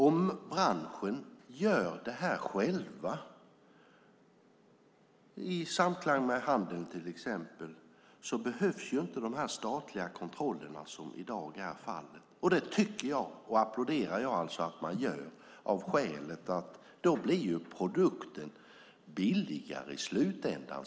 Om branschen gör det här själv, i samklang med handeln till exempel, behövs ju inte de statliga kontroller som i dag är obligatoriska. Det applåderar jag alltså att man gör av det skälet att produkten då blir billigare i slutändan.